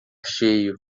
cheio